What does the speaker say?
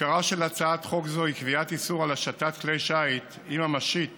עיקרה של הצעת חוק זו הוא קביעת איסור על השטת כלי שיט אם המשיט